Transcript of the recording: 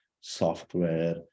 software